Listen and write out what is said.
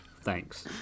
thanks